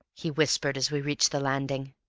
he whispered as we reached the landing.